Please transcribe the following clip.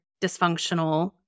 dysfunctional